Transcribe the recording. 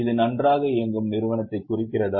இது நன்றாக இயங்கும் நிறுவனத்தை குறிக்கிறதா